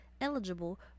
eligible